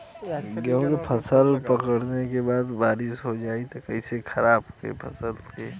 गेहूँ के फसल पकने के बाद बारिश हो जाई त कइसे खराब करी फसल के?